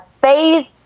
faith